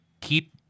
keep